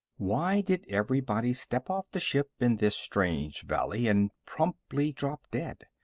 why did everybody step off the ship in this strange valley and promptly drop dead?